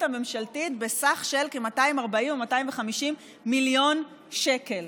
הממשלתית בסכום של כ-240 או 250 מיליון שקל.